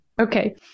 Okay